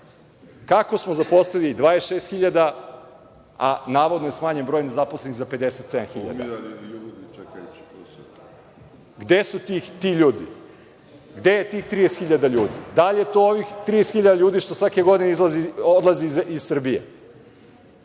Kako smo zaposlili 26.000 a navodno je smanjen broj nezaposlenih za 57.000? Gde su ti ljudi? Gde je tih 30.000 ljudi? Da li je to ovih 30.000 ljudi što svake godine odlazi iz Srbije?